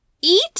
eat